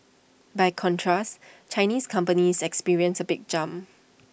by contrast Chinese companies experienced A big jump